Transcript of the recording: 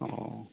अह